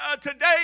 today